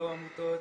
לא עמותות,